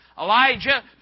Elijah